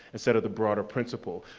instead of the broader principle.